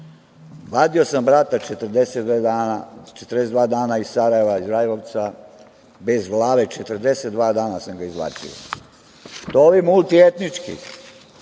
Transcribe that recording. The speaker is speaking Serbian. Vadio sam brata 42 dana iz Sarajeva, iz Rajlovca, bez glave, 42 dana sam ga izvlačio. To ovi multietnički